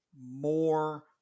more